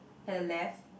at the left